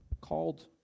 called